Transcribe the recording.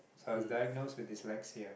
so I was diagnose with dyslexia